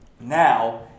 Now